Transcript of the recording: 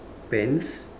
pants